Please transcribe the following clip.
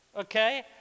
okay